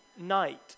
night